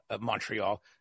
Montreal